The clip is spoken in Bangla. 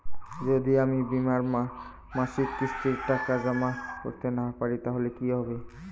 যদি আমি বীমার মাসিক কিস্তির টাকা জমা করতে না পারি তাহলে কি হবে?